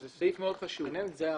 זו תקנה חשובה מאוד.